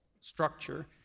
structure